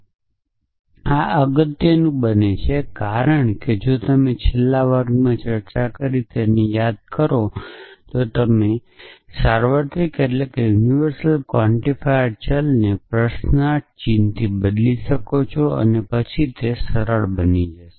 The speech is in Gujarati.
અને આ અગત્યનું બને છે કારણ કે જો તમે છેલ્લા વર્ગમાં ચર્ચા કરી તેને યાદ કરો તો તમે સાર્વત્રિક ક્વાન્ટીફાઇડ ચલને પ્રશ્નાર્થ ચિહ્નથી બદલી શકો છો અને પછી તે સરળ બની જશે